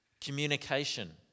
communication